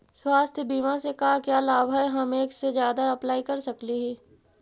स्वास्थ्य बीमा से का क्या लाभ है हम एक से जादा अप्लाई कर सकली ही?